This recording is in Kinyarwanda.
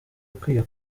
ukwiye